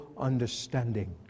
understanding